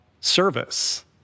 service